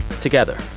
together